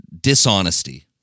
dishonesty